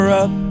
up